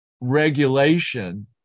regulation